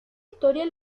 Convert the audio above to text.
historia